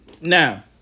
Now